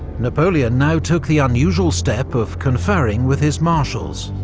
napoleon now took the unusual step of conferring with his marshals.